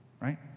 right